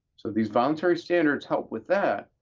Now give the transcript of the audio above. so these voluntary standards help with that.